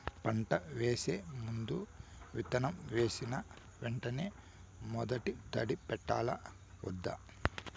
పంట వేసే ముందు, విత్తనం వేసిన వెంటనే మొదటి తడి పెట్టాలా వద్దా?